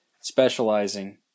specializing